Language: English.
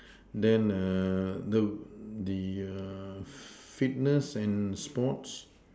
then the the fitness and sports